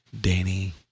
danny